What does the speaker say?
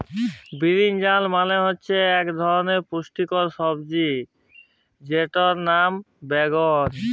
বিরিনজাল মালে হচ্যে ইক ধরলের পুষ্টিকর সবজি যেটর লাম বাগ্যুন